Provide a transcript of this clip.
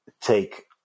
take